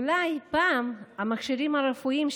אולי פעם המכשירים הרפואיים,